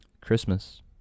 Christmas